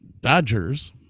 Dodgers